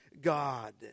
God